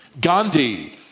Gandhi